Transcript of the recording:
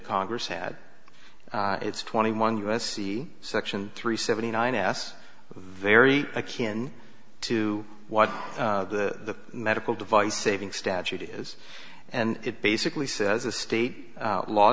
congress had it's twenty one u s c section three seventy nine s very akin to what the medical device saving statute is and it basically says a state law